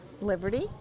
Liberty